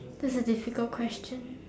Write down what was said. that's a difficult question